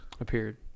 Appeared